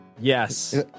Yes